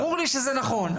ברור לי שזה נכון.